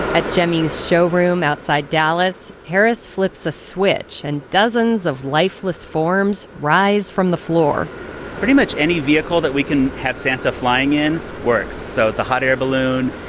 at gemmy's showroom outside dallas, harris flipped a switch and dozens of lifeless forms rose from the floor pretty much any vehicle that we can have santa flying in works, so the hot air balloon,